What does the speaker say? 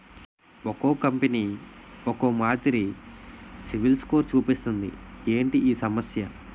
ఒక్కో కంపెనీ ఒక్కో మాదిరి సిబిల్ స్కోర్ చూపిస్తుంది ఏంటి ఈ సమస్య?